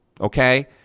Okay